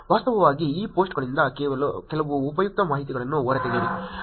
ವಾಸ್ತವವಾಗಿ ಈ ಪೋಸ್ಟ್ಗಳಿಂದ ಕೆಲವು ಉಪಯುಕ್ತ ಮಾಹಿತಿಯನ್ನು ಹೊರತೆಗೆಯಿರಿ